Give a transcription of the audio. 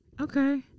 Okay